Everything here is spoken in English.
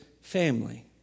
family